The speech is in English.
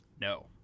No